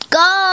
go